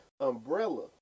umbrella